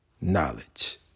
Knowledge